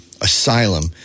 asylum